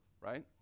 right